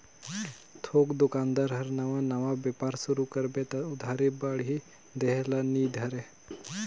थोक दोकानदार हर नावा नावा बेपार सुरू करबे त उधारी बाड़ही देह ल नी धरे